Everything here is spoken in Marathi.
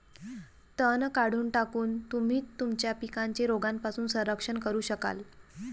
तण काढून टाकून, तुम्ही तुमच्या पिकांचे रोगांपासून संरक्षण करू शकाल